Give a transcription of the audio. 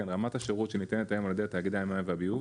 רמת השירות שניתנת היום דרך תאגידי המים והביוב